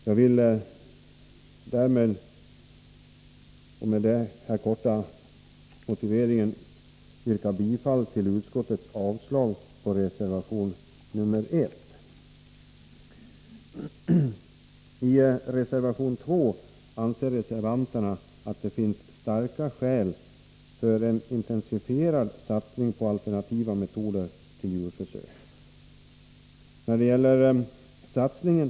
Med denna kortfattade motivering vill jag härmed yrka bifall till utskottets I reservation 2 anförs att det finns starka skäl för en intensifierad satsning på alternativa metoder för djurförsök.